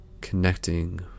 connecting